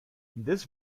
this